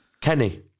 Kenny